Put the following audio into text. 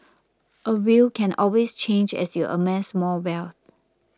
a will can always change as you amass more wealth